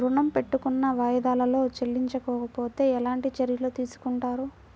ఋణము పెట్టుకున్న వాయిదాలలో చెల్లించకపోతే ఎలాంటి చర్యలు తీసుకుంటారు?